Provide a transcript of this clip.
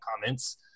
comments